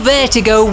Vertigo